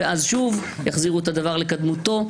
ואז שוב יחזירו את הדבר לקדמותו.